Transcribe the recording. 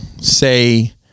say